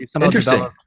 Interesting